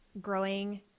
growing